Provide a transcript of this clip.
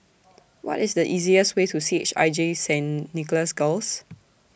What IS The easiest Way to C H I J Saint Nicholas Girls